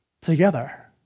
together